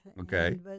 Okay